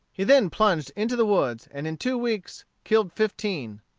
he then plunged into the woods, and in two weeks killed fifteen.